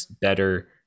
better